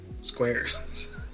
squares